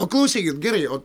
o klausykit gerai o